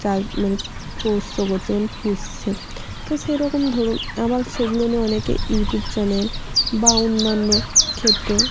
চাষ মানে পোষ্য করছে মানে পুষছে তো সেরকম ধরুন আবার সেগুলো নিয়ে অনেকে ইউটিউব চ্যানেল বা অন্যান্য ক্ষেত্রে